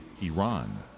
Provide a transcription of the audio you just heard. Iran